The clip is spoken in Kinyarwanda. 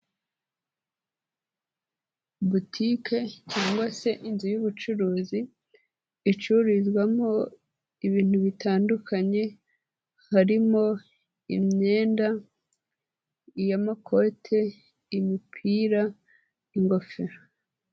Butike cyangwa se inzu y ubucuruzi icururizwamo ibintu bitandukanye harimo imyenda y'amakote, imipira, ingofero.